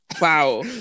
Wow